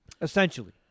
Essentially